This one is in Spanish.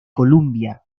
columbia